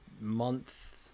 month